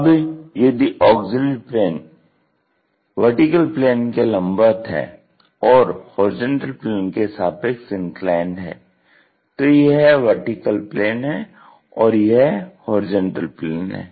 अब यदि auxiliary plane VP के लंबवत है और HP के सापेक्ष इन्क्लाइन्ड है तो यह VP है और यह HP है